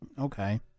Okay